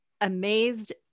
amazed